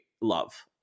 love